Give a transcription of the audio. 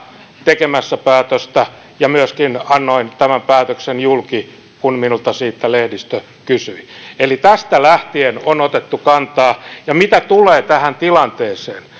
tekemässä päätöstä ja myöskin annoin tämän päätöksen julki kun minulta siitä lehdistö kysyi eli tästä lähtien on otettu kantaa ja mitä tulee tähän tilanteeseen